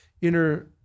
inner